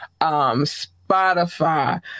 Spotify